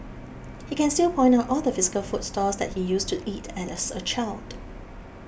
he can still point out all the physical food stalls that he used to eat at as a child